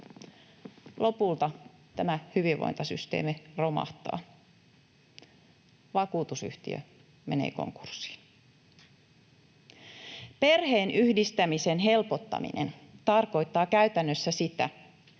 Lopulta tämä hyvinvointisysteemi romahtaa, vakuutusyhtiö menee konkurssiin. Perheenyhdistämisen helpottaminen tarkoittaa käytännössä sitä,